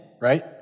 right